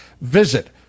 visit